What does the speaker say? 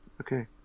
Okay